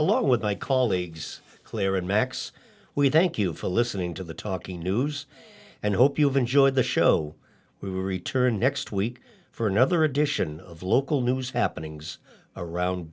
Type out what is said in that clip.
along with my colleagues claire and max we thank you for listening to the talking news and hope you'll enjoy the show we return next week for another edition of local news happenings around